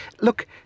look